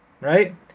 right